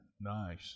Nice